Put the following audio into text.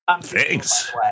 Thanks